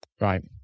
Right